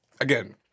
again